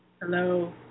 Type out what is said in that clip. Hello